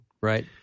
Right